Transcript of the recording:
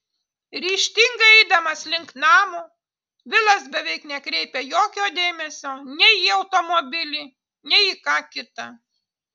ryžtingai eidamas link namo vilas beveik nekreipia jokio dėmesio nei į automobilį nei į ką kita